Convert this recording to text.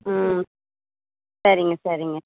ம் சரிங்க சரிங்க